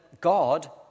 God